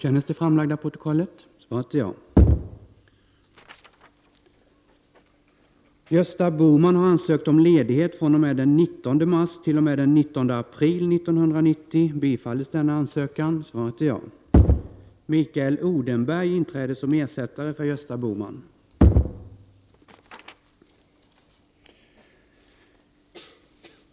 En nybildad stiftelse, med en f.d. kontraktsprost som ordförande, planerar enligt Svenska Dagbladet att bygga upp frivilliga försvarsförband. Med hjälp av en privatägd kustbevakningsjakt vill man övervaka svenska kuststräckor.